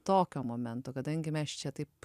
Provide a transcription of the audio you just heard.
tokio momento kadangi mes čia taip